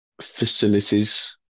facilities